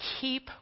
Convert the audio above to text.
keep